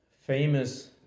famous